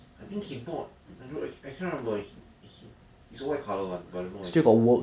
I think he bought I don't I I cannot remember he he it's a white colour [one] but I don't know what is it